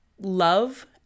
love